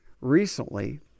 recently